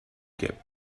get